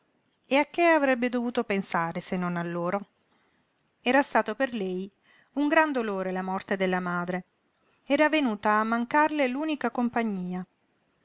e a che avrebbe dovuto pensare se non a loro era stato per lei un gran dolore la morte della madre era venuta a mancarle l'unica compagnia